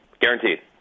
Guaranteed